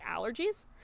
allergies